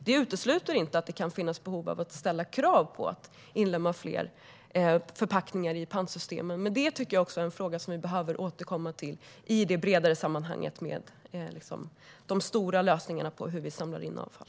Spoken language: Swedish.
Detta utesluter inte att det kan finnas behov av att ställa krav på att inlemma fler förpackningar i pantsystemet. Dock tycker jag att det är en fråga som vi behöver återkomma till i det bredare sammanhanget, med de stora lösningarna på hur vi samlar in avfall.